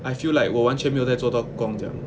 I feel like 我完全没有在做到工这样